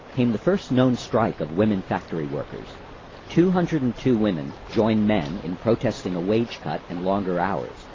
came the first known strike of women factory workers two hundred and two women joined men in protesting a wage cut and longer hours,